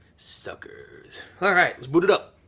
suckers. alright, let's boot it up.